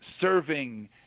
serving